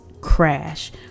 crash